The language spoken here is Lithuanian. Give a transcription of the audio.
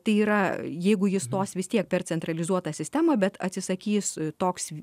tai yra jeigu ji stos vis tiek per centralizuotą sistemą bet atsisakys toks